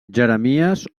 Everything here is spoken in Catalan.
jeremies